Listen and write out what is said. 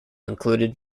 included